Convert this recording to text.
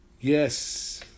Yes